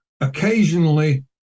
Occasionally